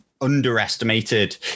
underestimated